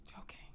okay